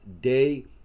day